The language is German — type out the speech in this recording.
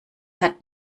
hat